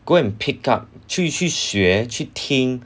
go and pick up 去去学去听